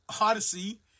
Odyssey